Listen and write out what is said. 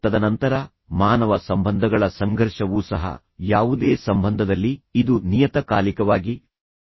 ತದನಂತರ ಮಾನವ ಸಂಬಂಧಗಳ ಸಂಘರ್ಷವೂ ಸಹ ಯಾವುದೇ ಸಂಬಂಧದಲ್ಲಿ ಇದು ನಿಯತಕಾಲಿಕವಾಗಿ ಬರುತ್ತದೆ